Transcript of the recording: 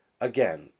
again